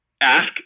ask